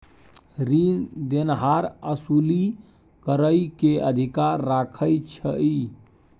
रीन देनहार असूली करइ के अधिकार राखइ छइ